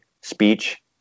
speech